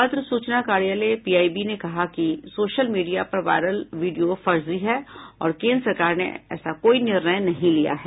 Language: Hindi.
पत्र सूचना कार्यालय पीआई बी ने कहा है कि सोशल मीडिया पर वायरल वीडियो फर्जी है और केन्द्र सरकार ने ऐसा कोई निर्णय नहीं लिया है